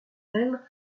elle